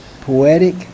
poetic